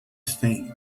thing